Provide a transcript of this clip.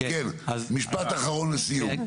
משפט אחרון לסיום.